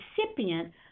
recipient